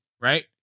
right